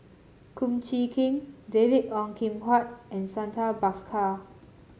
Kum Chee Kin David Ong Kim Huat and Santha Bhaskar